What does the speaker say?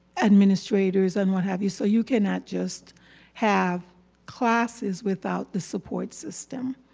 administrators and what have you so you cannot just have classes without the support system.